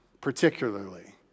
particularly